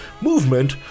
movement